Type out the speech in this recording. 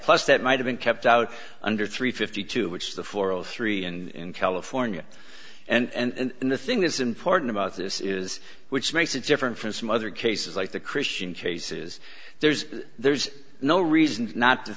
plus that might have been kept out under three fifty two which is the four hundred three in california and the thing that's important about this is which makes it different from some other cases like the christian cases there's there's no reason not to